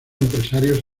empresarios